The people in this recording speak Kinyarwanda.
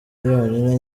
yonyine